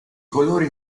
colori